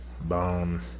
bone